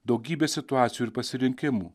daugybė situacijų ir pasirinkimų